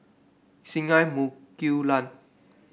Singai Mukilan